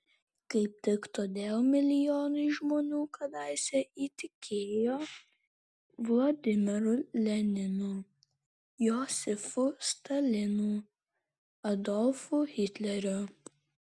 kaip tik todėl milijonai žmonių kadaise įtikėjo vladimiru leninu josifu stalinu adolfu hitleriu